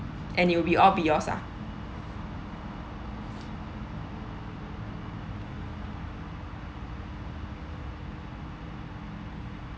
and will be all be yours uh